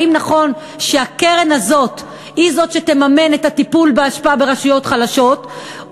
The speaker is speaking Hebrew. האם נכון שהקרן הזאת היא זאת שתממן את הטיפול באשפה ברשויות חלשות,